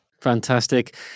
Fantastic